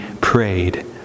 prayed